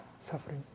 suffering